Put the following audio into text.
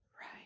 Right